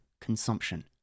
consumption